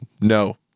no